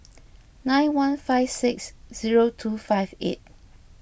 nine one five six zero two five eight